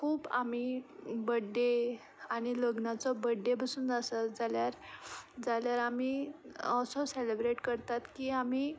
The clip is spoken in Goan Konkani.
खूब आमी बर्थडे आनी लग्नाचो बर्थडे बसून आसत जाल्यार जाल्यार आमी असोच सेलेब्रेट करतात की आमी